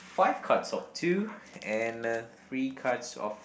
five cards of two and uh three cards of